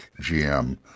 GM